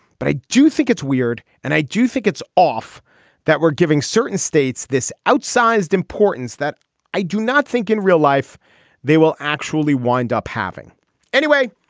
but i do think it's weird and i do think it's off that we're giving certain states this outsized importance that i do not think in real life they will actually wind up having anyway.